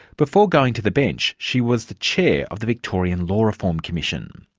before going to the bench, she was the chair of the victorian law reform commission.